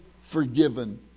forgiven